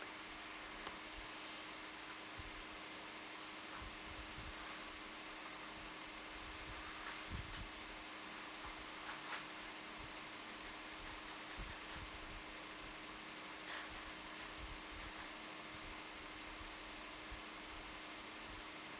mm